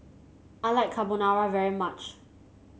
I like Carbonara very much